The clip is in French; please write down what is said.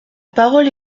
parole